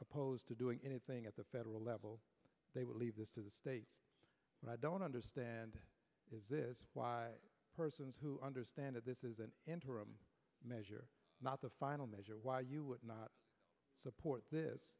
opposed to doing anything at the federal level they would leave this to the states and i don't understand is this persons who understand that this is an interim measure not the final measure why you would not support this